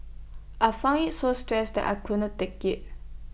I found IT so stressful and I couldn't take IT